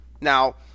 Now